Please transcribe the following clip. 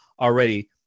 already